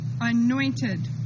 anointed